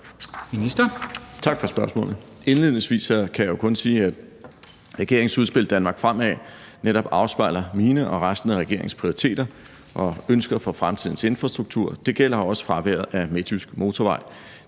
Tak for spørgsmålet. Indledningsvis kan jeg kun sige, at regeringens udspil »Danmark fremad« netop afspejler mine og resten af regeringens prioriteter og ønsker for fremtidens infrastruktur. Det gælder også fraværet af en midtjysk motorvej.